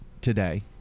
today